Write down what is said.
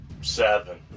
Seven